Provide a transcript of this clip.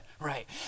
right